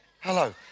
Hello